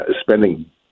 spending